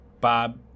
Bob